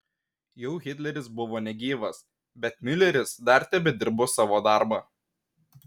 jau hitleris buvo negyvas bet miuleris dar tebedirbo savo darbą